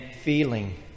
feeling